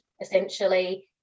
essentially